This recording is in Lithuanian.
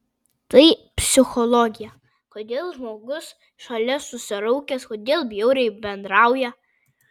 tai psichologija kodėl žmogus šalia susiraukęs kodėl bjauriai bendrauja